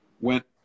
went